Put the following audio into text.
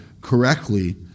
correctly